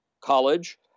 college